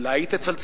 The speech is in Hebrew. אולי היא תצלצל.